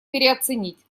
переоценить